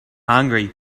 hungry